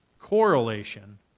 correlation